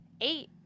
eight